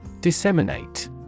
Disseminate